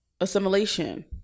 assimilation